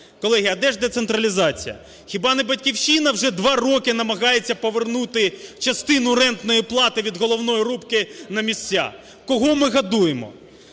Колеги, а де ж децентралізація? Хіба не "Батьківщина" вже два роки намагається повернути частину рентної плати від головної рубки на місця? Кого ми годуємо?